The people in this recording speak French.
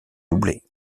doublé